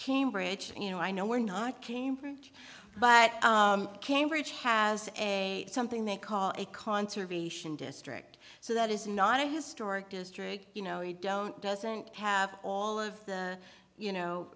cambridge you know i know we're not cambridge but cambridge has a something they call a conservation district so that is not a historic district you know you don't doesn't have all of the you know